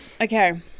okay